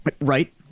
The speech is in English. Right